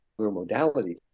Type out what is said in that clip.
modalities